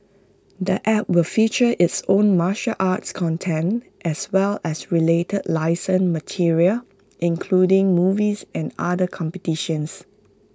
the app will feature its own martial arts content as well as related licensed material including movies and other competitions